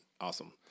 Awesome